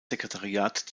sekretariat